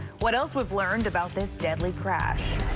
what else was learned about this deadly crash.